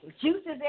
juices